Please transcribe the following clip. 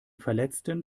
verletzten